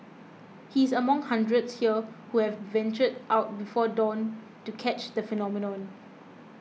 he is among hundreds here who have ventured out before dawn to catch the phenomenon